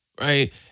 right